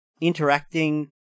interacting